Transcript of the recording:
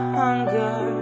hunger